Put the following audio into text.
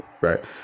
Right